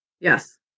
Yes